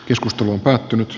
keskustelu on päättynyt